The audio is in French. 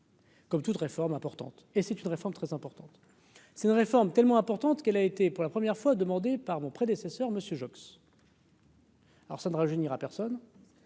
Comme toute réforme importante et c'est une réforme très importante, c'est une réforme tellement importante qu'elle a été pour la première fois demandé par mon prédécesseur monsieur Joxe. Alors ça ne rajeunir à personne